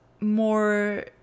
more